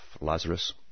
Lazarus